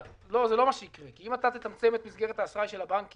זה לא מה שיקרה כי אם אתה תצמצם את מסגרת האשראי של הבנקים